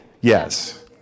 Yes